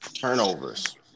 turnovers